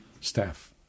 staff